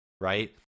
right